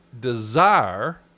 desire